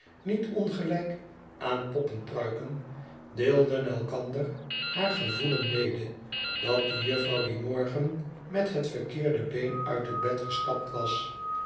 niet ongelijk aan poppenpruiken deelden elkander haar gevoelen mede dat de juffrouw dien morgen met het verkeerde been uit het bed gestapt was